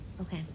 Okay